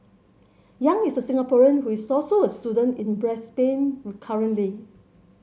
Yang is a Singaporean who is also a student in Brisbane currently